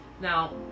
Now